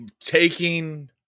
taking